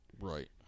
Right